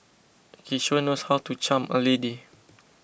he sure knows how to charm a lady